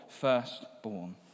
firstborn